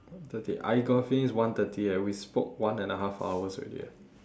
one thirty I got a feeling it's one thirty eh we spoke one and a half hours already eh